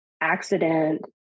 accident